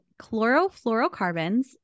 chlorofluorocarbons